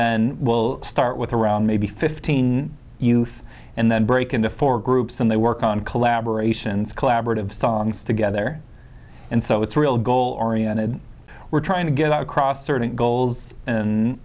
then we'll start with around maybe fifteen youth and then break into four groups and they work on collaboration's collaborative songs together and so it's real goal oriented we're trying to get across certain goals